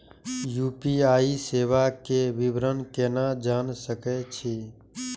UPI सेवा के विवरण केना जान सके छी?